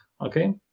Okay